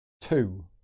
two